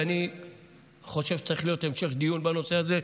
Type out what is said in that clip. ואני חושב שצריך להיות המשך דיון בנושא הזה.